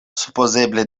supozeble